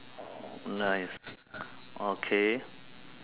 nice okay